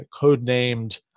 codenamed